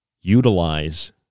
utilize